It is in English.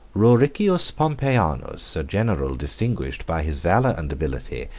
ruricius pompeianus, a general distinguished by his valor and ability,